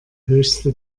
höchste